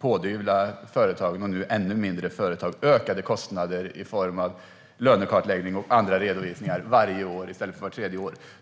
pådyvla företagen, och nu ännu mindre företag, ökade kostnader genom att ha lönekartläggning och andra redovisningar varje år i stället för vart tredje år.